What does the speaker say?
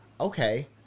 okay